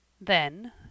Then